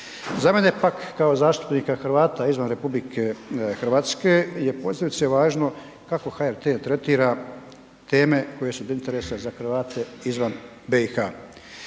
Za mene pak kao zastupnika Hrvata izvan RH je posebice važno kako HRT tretira teme koje su od interesa za Hrvate izvan BiH.